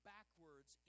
backwards